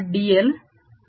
dl असे आहे